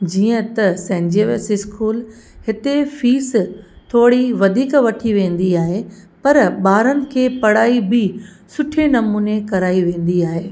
जीअं त सेंजीवस स्कूल हिते फ़ीस थोड़ी वधीक वठी वेंदी आहे पर ॿारन खे पढ़ाई बि सुठे नमुने कराई वेंदी आहे